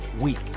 week